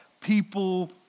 People